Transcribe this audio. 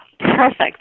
Perfect